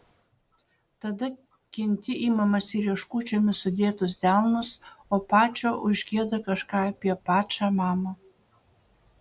tada kinti imamas į rieškučiomis sudėtus delnus o pačo užgieda kažką apie pačą mamą